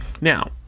Now